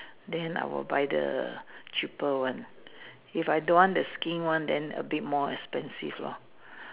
then I will buy the cheaper one if I don't want the skin one then a bit more expensive lor